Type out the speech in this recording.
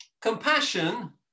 Compassion